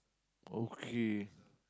okay